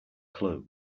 clue